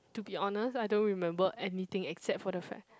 to be honest I don't remember anything except for the fare